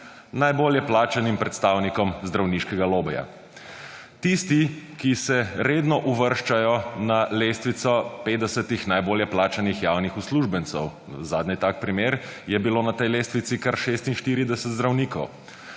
Najbolj plačanim predstavnikom zdravniškega lobija. Tisti, ki se redno uvrščajo na lestvico 50 najbolj plačanih javnih uslužbencev. Na zadnje tak primer je bilo na tej lestvici kar 46 zdravnikov